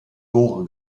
gore